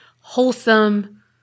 wholesome